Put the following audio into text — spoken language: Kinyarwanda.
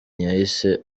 yahise